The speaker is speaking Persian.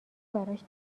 براش